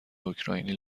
اوکراینی